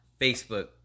Facebook